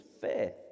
faith